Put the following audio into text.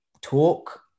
talk